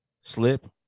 slip